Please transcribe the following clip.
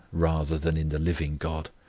rather than in the living god?